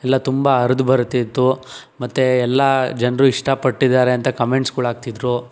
ಎಲ್ಲ ತುಂಬ ಹರಿದು ಬರುತಿತ್ತು ಮತ್ತೆ ಎಲ್ಲ ಜನರು ಇಷ್ಟಪಟ್ಟಿದ್ದಾರೆ ಅಂತ ಕಮೆಂಟ್ಸ್ ಕೂಡ ಹಾಕ್ತಿದ್ರು